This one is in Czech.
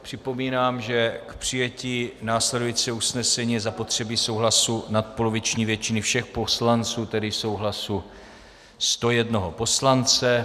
Připomínám, že k přijetí následujícího usnesení je zapotřebí souhlasu nadpoloviční většiny všech poslanců, tedy souhlasu 101 poslance.